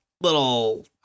little